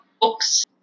books